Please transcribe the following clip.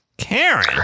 Karen